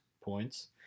points